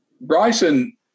Bryson